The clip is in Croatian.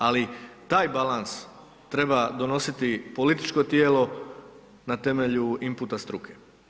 Ali taj balans treba donositi političko tijelo na temelju imputa struke.